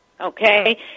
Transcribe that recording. Okay